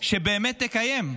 שבאמת תקיים?